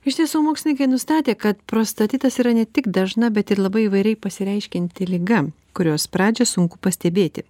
iš tiesų mokslininkai nustatė kad prostatitas yra ne tik dažna bet ir labai įvairiai pasireiškianti liga kurios pradžią sunku pastebėti